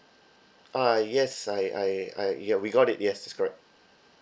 uh yes I I I ya we got it yes correct